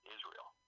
Israel